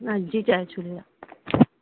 न जी जय झूलेलाल